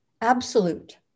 absolute